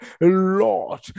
Lord